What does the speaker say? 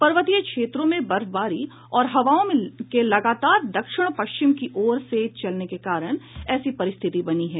पर्वतीय क्षेत्रों में बर्फबारी और हवाओं के लगातार दक्षिण पश्चिम की ओर से चलने के कारण ऐसी परिस्थति बनी है